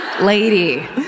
Lady